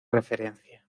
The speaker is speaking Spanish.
referencia